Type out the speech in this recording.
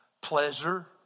pleasure